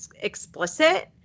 explicit